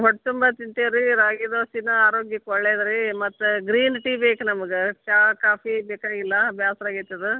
ಹೊಟ್ಟೆ ತುಂಬ ತಿಂತೀವಿ ರಿ ರಾಗಿ ದೋಸೆನ ಆರೋಗ್ಯಕ್ಕೆ ಒಳ್ಳೇದು ರಿ ಮತ್ತು ಗ್ರೀನ್ ಟೀ ಬೇಕು ನಮಗೆ ಚಾ ಕಾಫಿ ಬೇಕಾಗಿಲ್ಲ ಬೇಸರ ಆಗೈತದು